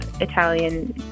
Italian